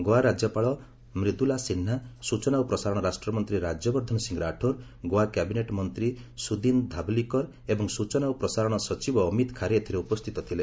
ଗୋଆ ରାଜ୍ୟପାଳ ମ୍ରିଦୁଲା ସିହ୍ନା ସୂଚନା ଓ ପ୍ରସାରଣ ରାଷ୍ଟ୍ରମନ୍ତ୍ରୀ ରାଜ୍ୟବର୍ଦ୍ଧନ ସିଂ ରାଠୋର ଗୋଆ କ୍ୟାବିନେଟ୍ ମନ୍ତ୍ରୀ ସୁଦିନ ଧାବଲିକର ଏବଂ ସୂଚନା ଓ ପ୍ରସାରଣ ସଚିବ ଅମିତ ଖାରେ ଏଥିରେ ଉପସ୍ଥିତ ଥିଲେ